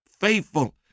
faithful